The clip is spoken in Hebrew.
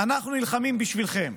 אנחנו נלחמים בשבילכם,